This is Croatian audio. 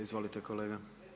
Izvolite kolega.